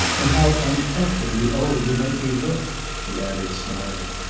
and how unutterably old you make me look! she added, smiling.